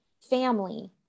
family